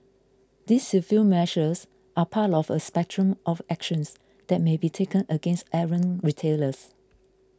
these civil measures are part of a spectrum of actions that may be taken against errant retailers